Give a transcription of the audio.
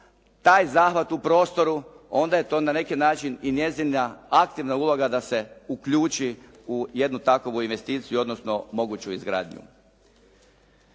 taj zahvat u prostoru onda je to na neki način i njezina aktivna uloga da se uključi u jednu takovu investiciju odnosno moguću izgradnju.